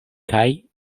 kaj